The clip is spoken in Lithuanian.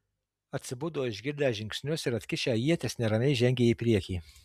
atsibudo išgirdę žingsnius ir atkišę ietis neramiai žengė į priekį